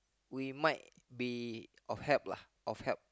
we might be of help lah of help